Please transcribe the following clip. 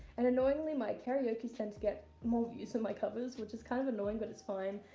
and annoyingly my karaokes tend to get more views than my covers, which is kind of annoying but it's fine.